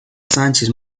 sánchez